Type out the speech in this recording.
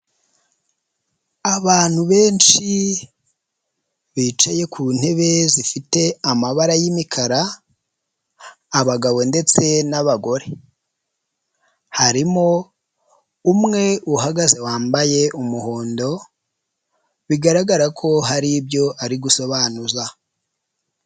Abantu benshi, bicaye ku ntebe zifite amabara y'imikara, abagabo ndetse n'abagore. Harimo umwe uhagaze wambaye umuhondo, bigaragara ko hari ibyo ari gusobanuza.